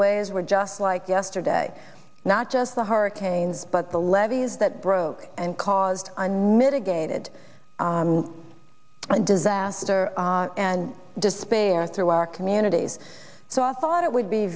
ways were just like yesterday not just the hurricanes but the levees that broke and caused unmitigated disaster and despair through our communities so i thought it would be